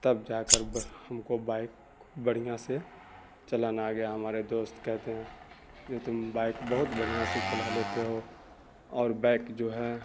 تب جا کر ہم کو بائک بڑھیاں سے چلانا آ گیا ہمارے دوست کہتے ہیں جے تم بائک بہت بڑھیاں سے چلا لیتے ہو اور بائک جو ہے